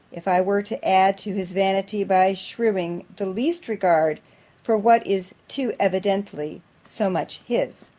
if i were to add to his vanity by shewing the least regard for what is too evidently so much his.